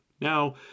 Now